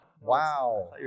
Wow